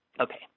okay